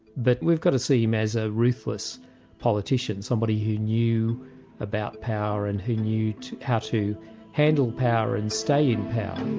but we've got to see him as a ruthless politician, somebody who knew about power and who knew how to handle power and stay in power.